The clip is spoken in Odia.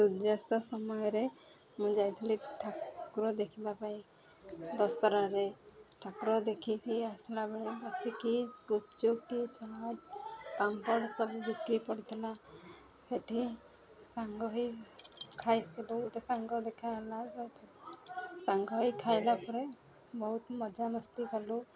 ସୂର୍ଯ୍ୟାସ୍ତ ସମୟରେ ମୁଁ ଯାଇଥିଲି ଠାକୁର ଦେଖିବା ପାଇଁ ଦଶହରାରେ ଠାକୁର ଦେଖିକି ଆସିଲାବେଳେ ବସିକି ଗୁପଚୁପ କି ଚାଟ୍ ପାମ୍ପଡ଼ ସବୁ ବିକ୍ରି ପଡ଼ିଥିଲା ସେଠି ସାଙ୍ଗ ହେଇ ଖାଇଥିଲୁ ଗୋଟେ ସାଙ୍ଗ ଦେଖା ହେଲା ସାଙ୍ଗ ହେଇ ଖାଇଲା ପରେ ବହୁତ ମଜାମସ୍ତି କଲୁ